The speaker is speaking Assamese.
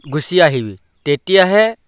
গুচি আহিবি তেতিয়াহে